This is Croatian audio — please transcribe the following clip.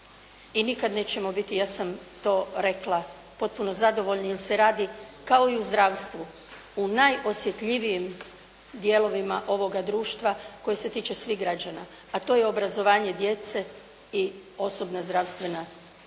i nikada nećemo biti, ja sam to rekla potpuno zadovoljni, jer se radi kao i u zdravstvu, u najosjetljivijim dijelovima ovoga društva koje se tiče svih građana, a to je obrazovanje djece i osobna zdravstvena